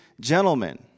gentlemen